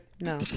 no